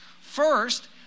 First